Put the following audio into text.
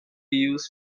used